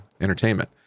entertainment